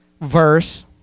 verse